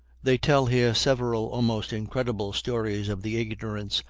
they tell here several almost incredible stories of the ignorance,